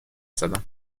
زدم